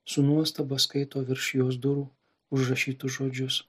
su nuostaba skaito virš jos durų užrašytus žodžius